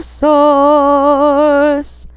source